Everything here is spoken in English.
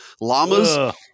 llamas